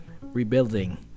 rebuilding